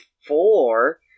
four